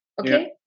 Okay